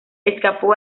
escapó